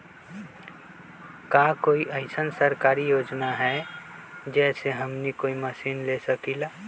का कोई अइसन सरकारी योजना है जै से हमनी कोई मशीन ले सकीं ला?